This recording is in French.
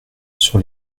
sur